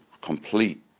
complete